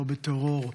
לא בטרור,